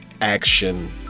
action